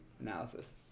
analysis